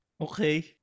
Okay